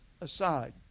aside